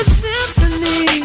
symphony